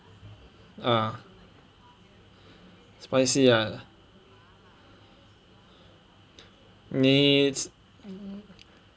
ah spicy ah 你